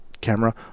camera